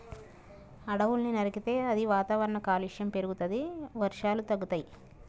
అడవుల్ని నరికితే అది వాతావరణ కాలుష్యం పెరుగుతది, వర్షాలు తగ్గుతయి